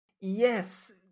Yes